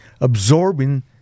absorbing